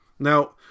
Now